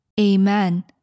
Amen